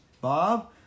Bob